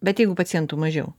bet jeigu pacientų mažiau